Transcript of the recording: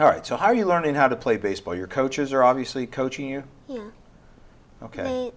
all right so how are you learning how to play baseball your coaches are obviously coaching you ok